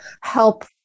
help